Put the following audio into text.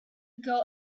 girl